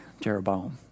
Jeroboam